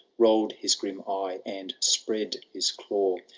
rolled his grim eye, and spread his claw,